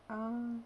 ah